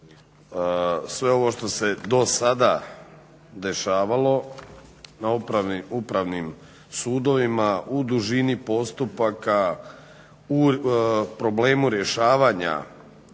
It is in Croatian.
sve ovo što se dosada dešavalo na upravnim sudovima u dužini postupaka, u problemu rješavanja